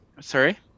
Sorry